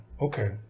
okay